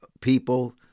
people